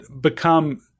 become